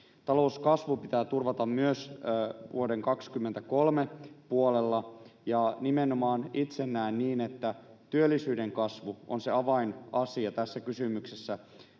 Talouskasvu pitää turvata myös vuoden 23 puolella, ja itse näen nimenomaan niin, että työllisyyden kasvu on se avainasia tässä kysymyksessä.